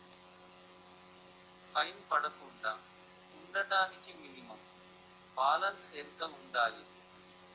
Fine పడకుండా ఉండటానికి minimum balance ఎంత ఉండాలి?